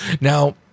now